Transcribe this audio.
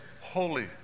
Holy